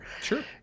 Sure